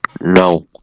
No